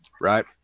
Right